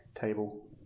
table